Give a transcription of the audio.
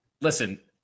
listen